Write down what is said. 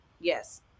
Yes